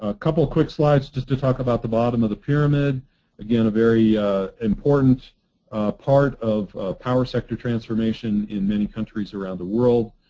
ah couple quick slides just to talk about the bottom of the pyramid a very important part of power sector transformation in many countries around the world.